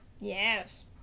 yes